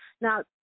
Now